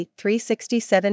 367